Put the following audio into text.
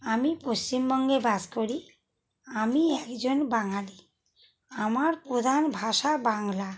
আমি পশ্চিমবঙ্গে বাস করি আমি একজন বাঙালী আমার প্রধান ভাষা বাংলা